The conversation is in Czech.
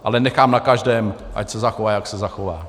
Ale nechám na každém, ať se zachová, jak se zachová.